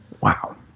Wow